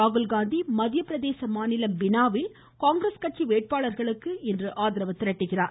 ராகுல்காந்தி மத்திய பிரதேச மாநிலம் பினாவில் காங்கிரஸ் கட்சி வேட்பாளர்களுக்கு ஆதரவு திரட்டுகிறார்